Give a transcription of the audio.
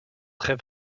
très